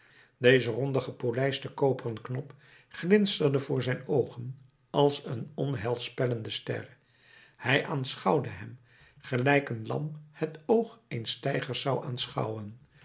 deze ronde gepolijste koperen knop glinsterde voor zijn oogen als een onheilspellende ster hij aanschouwde hem gelijk een lam het oog eens tijgers zou aanschouwen